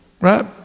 Right